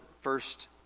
first